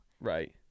Right